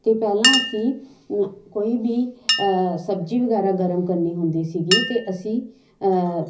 ਅਤੇ ਪਹਿਲਾਂ ਅਸੀਂ ਕੋਈ ਵੀ ਸਬਜ਼ੀ ਵਗੈਰਾ ਗਰਮ ਕਰਨੀ ਹੁੰਦੀ ਸੀਗੀ ਤਾਂ ਅਸੀਂ